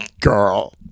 girl